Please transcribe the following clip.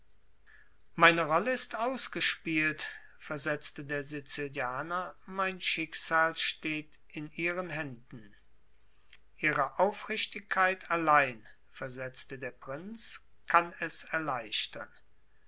meine rolle ist ausgespielt versetzte der sizilianer mein schicksal steht in ihren händen ihre aufrichtigkeit allein versetzte der prinz kann es erleichtern